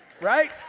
right